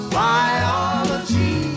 biology